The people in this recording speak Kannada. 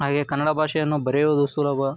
ಹಾಗೆ ಕನ್ನಡ ಭಾಷೆಯನ್ನು ಬರೆಯೋದು ಸುಲಭ